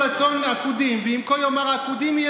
ואולי גם המדינה כולה,